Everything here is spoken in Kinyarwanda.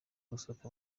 gusohoka